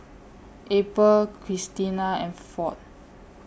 April Christena and Ford